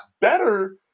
better –